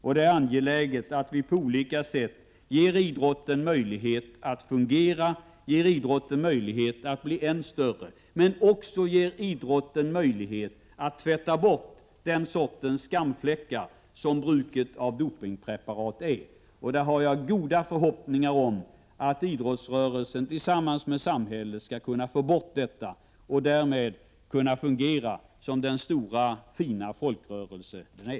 Det är angeläget att vi på olika sätt ger idrotten möjlighet att fungera, ger den möjlighet att bli än större men också ger idrotten möjlighet att tvätta bort den sortens skamfläckar som bruket av dopingpreparat är. Jag har goda förhoppningar om att idrottsrörelsen tillsammans med samhället skall få bort dopingbruket så att idrottsrörelsen skall kunna fungera som den stora, fina folkrörelse den är.